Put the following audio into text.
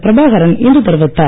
பிரபாகரன் இன்று தெரிவித்தார்